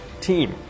team